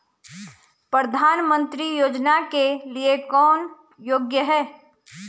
प्रधानमंत्री योजना के लिए कौन योग्य है?